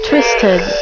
Twisted